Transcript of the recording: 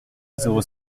zéro